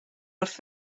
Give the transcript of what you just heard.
wrth